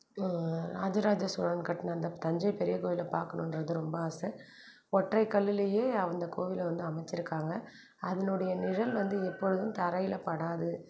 ராஜராஜ சோழன் கட்டின அந்த தஞ்சை பெரிய கோயிலை பார்க்கணுன்றது ரொம்ப ஆசை ஒற்றை கல்லுலேயே அந்த கோயிலை வந்து அமைச்சிருக்காங்க அதனுடைய நிழல் வந்து எப்பொழுதும் தரையில் படாது